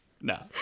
no